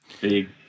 Big